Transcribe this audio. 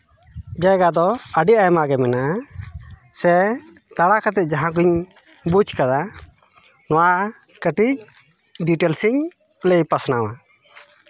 ᱡᱟᱭᱜᱟ ᱫᱚ ᱟᱹᱰᱤ ᱟᱭᱢᱟ ᱜᱮ ᱢᱮᱱᱟᱜᱼᱟ ᱥᱮ ᱫᱟᱬᱟ ᱠᱟᱛᱮᱫ ᱡᱟᱦᱟᱸᱠᱚᱧ ᱵᱩᱡᱽ ᱠᱟᱫᱟ ᱱᱚᱣᱟ ᱠᱟᱹᱴᱤᱡ ᱰᱤᱴᱮᱞᱥ ᱤᱧ ᱞᱟᱹᱭ ᱯᱟᱥᱱᱟᱣᱟ